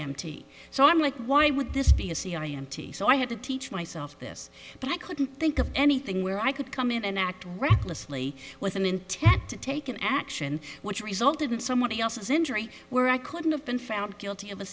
empty so i'm like why would this be a c i n t so i had to teach myself this but i couldn't think of anything where i could come in and act recklessly with an intent to take an action which resulted in someone else's injury where i couldn't have been found guilty of a